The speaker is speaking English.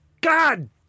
God